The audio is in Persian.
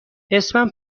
اسمم